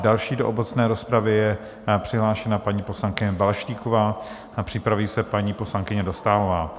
Další do obecné rozpravy je přihlášena paní poslankyně Balaštíková a připraví se paní poslankyně Dostálová.